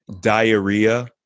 diarrhea